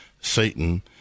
Satan